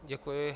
Děkuji.